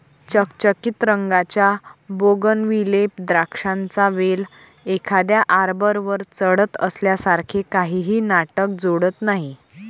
चकचकीत रंगाच्या बोगनविले द्राक्षांचा वेल एखाद्या आर्बरवर चढत असल्यासारखे काहीही नाटक जोडत नाही